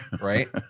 right